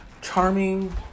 charming